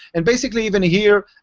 and basically even here,